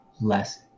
less